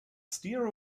steer